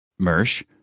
Mersh